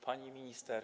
Pani Minister!